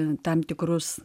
tam tikrus